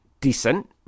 decent